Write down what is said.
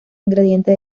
ingrediente